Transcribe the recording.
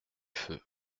feu